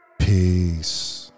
Peace